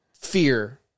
fear